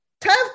Tough